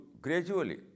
gradually